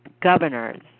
Governors